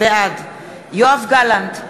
בעד יואב גלנט,